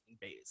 bays